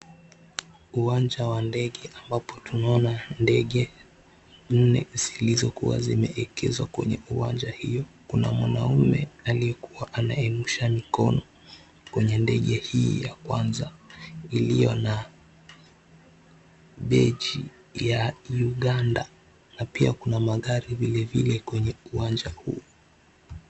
Uwanja wa ndege ambapo tunaona ndege nne zilizokuwa zimeekezwa kwenye uwanja hio, kuna mwanaume aliyekuwa ananyosha mikono kwenye ndege hii ya kwanza iliyo na beji ya Uganda, na pia kuna magari vilevile kwenye uwanja huu.